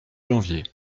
janvier